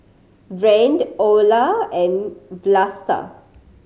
Rand Olar and Vlasta